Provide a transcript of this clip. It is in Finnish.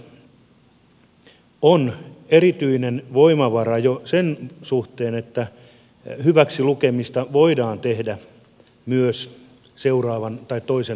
ammattikorkeakoulututkinnot ovat erityinen voimavara jo sen suhteen että hyväksilukemista voidaan tehdä myös toisen tutkinnon suorittamiseen